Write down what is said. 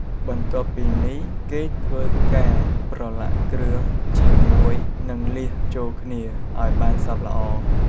បន្ទាប់ពីនេះគេធ្វើការប្រឡាក់គ្រឿងជាមួយនឹងលៀសចូលគ្នា ឲ្យបានសព្វល្អ។